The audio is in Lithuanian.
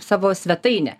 savo svetainę